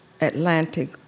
Atlantic